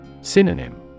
Synonym